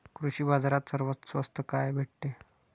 कृषी बाजारात सर्वात स्वस्त काय भेटते?